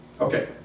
Okay